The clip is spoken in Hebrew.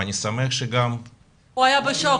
ואני שמח שגם --- הוא היה בשוק,